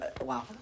wow